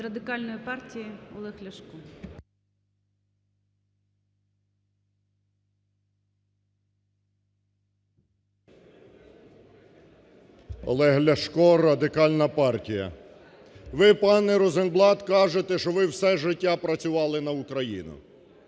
Олег Ляшко, Радикальна партія. Ви, пане Розенблат, кажете, що ви все життя працювали на Україну.